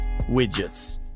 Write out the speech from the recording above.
widgets